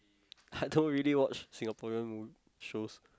I don't really watch Singaporean shows